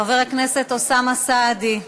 חבר הכנסת אוסאמה סעדי,